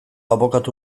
abokatu